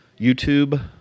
YouTube